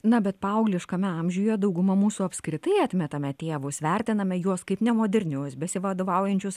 na bet paaugliškame amžiuje dauguma mūsų apskritai atmetame tėvus vertiname juos kaip nemodernius besivadovaujančius